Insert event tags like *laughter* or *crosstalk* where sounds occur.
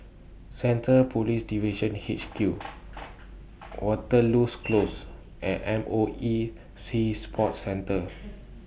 Centre Police Division H Q *noise* Waterloo's Close and M O E Sea Sports Centre